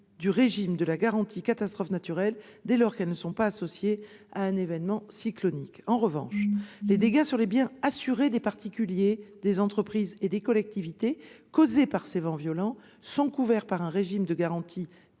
du régime de la garantie catastrophe naturelle dès lors qu'elles ne sont pas associées à un événement cyclonique. En revanche, les dégâts sur les biens assurés des particuliers, des entreprises et des collectivités, causés par ces vents violents, sont couverts dans le code des assurances